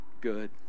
good